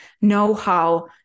know-how